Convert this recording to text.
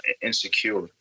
Insecure